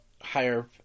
higher